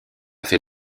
fait